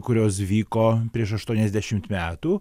kurios vyko prieš aštuoniasdešimt metų